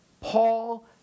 Paul